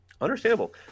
Understandable